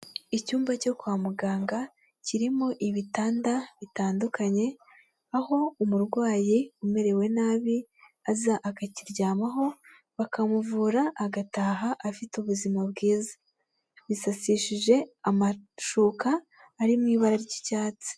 Icyumba cyo kwa muganga kirimo ibitanda bitandukanye, aho umurwayi umerewe nabi aza akakiryamaho, bakamuvura agataha afite ubuzima bwiza. Bisasishije amashuka ari mu ibara ry'icyatsi.